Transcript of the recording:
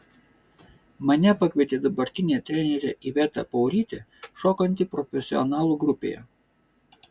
mane pakvietė dabartinė trenerė iveta paurytė šokanti profesionalų grupėje